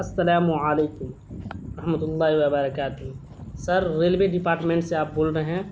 السلام علیکم رحمت اللہ وبرکاتہ سر ریلوے ڈپارٹمنٹ سے آپ بول رہے ہیں